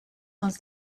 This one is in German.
uns